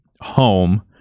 home